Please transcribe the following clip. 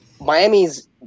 Miami's